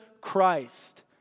Christ